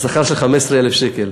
בשכר של 15,000 שקל.